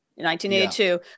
1982